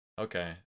Okay